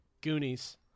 Goonies